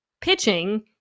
pitching